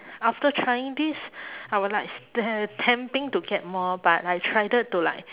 after trying this I will like s~ te~ tempting to get more but I tried to like